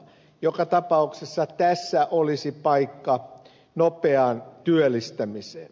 joka tapauksessa tässä olisi paikka nopeaan työllistämiseen